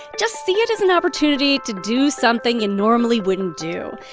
just see it as an opportunity to do something you normally wouldn't do.